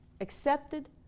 accepted